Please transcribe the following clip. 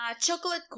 chocolate